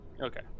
Okay